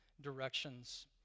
directions